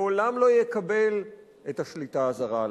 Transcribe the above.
לעולם לא יקבל את השליטה הזרה עליו.